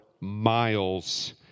miles